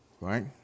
Right